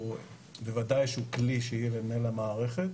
בוודאי שהוא כלי שיהיה דומה למערכת.